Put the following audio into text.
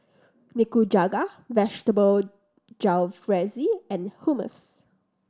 Nikujaga Vegetable Jalfrezi and Hummus